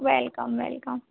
welcome welcome